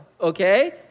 okay